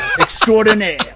extraordinaire